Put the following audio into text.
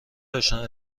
داشتند